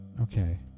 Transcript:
Okay